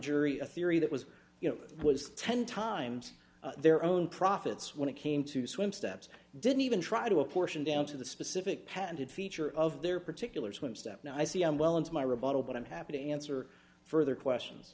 jury a theory that was you know was ten times their own profits when it came to swim steps didn't even try to apportion down to the specific patented feature of their particular swim step now i see i'm well into my rebuttal but i'm happy to answer further questions